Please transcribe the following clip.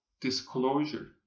disclosure